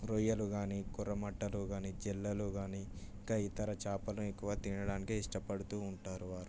రొయ్యలు కాని కొర్ర మట్టలు కాని జెల్లలు కాని ఇంకా ఇతర చేపలు ఎక్కువ తినడానికే ఇష్టపడుతూ ఉంటారు వారు